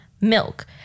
milk